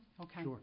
Okay